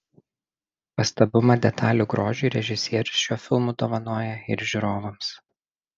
pastabumą detalių grožiui režisierius šiuo filmu dovanoja ir žiūrovams